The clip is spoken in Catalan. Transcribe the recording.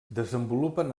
desenvolupen